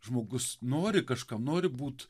žmogus nori kažkam nori būt